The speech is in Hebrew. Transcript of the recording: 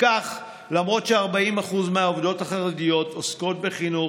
וכך למרות ש-40% מהעובדות החרדיות עוסקות בחינוך,